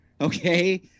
okay